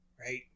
right